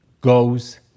goes